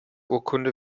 urkunde